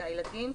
זה הילדים,